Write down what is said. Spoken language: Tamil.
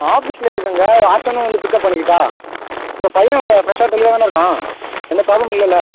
நான் ஆஃபீஸ்ல இருக்கேங்க ஆஃப்டர்நூன் வந்து பிக்கப் பண்ணிக்கிட்டால் இப்போ பையன் ஃப்ரெஷ்ஷாக தெளிவாக தானே இருக்கான் எந்த ப்ராப்ளமும் இல்லல